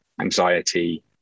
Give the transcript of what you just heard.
anxiety